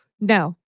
no